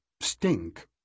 stink